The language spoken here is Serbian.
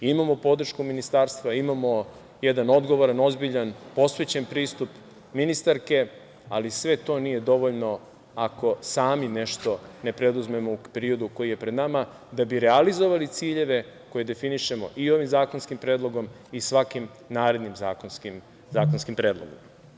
Imamo podršku ministarstva, imamo jedan odgovoran, ozbiljan, posvećen pristup ministarke, ali sve to nije dovoljno ako sami nešto ne preduzmemo u periodu koji je pred nama, da bi realizovali ciljeve koje definišemo i ovim zakonskim predlogom i svakim narednim zakonskim predlogom.